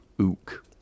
Ook